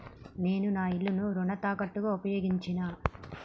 నేను నా ఇల్లును రుణ తాకట్టుగా ఉపయోగించినా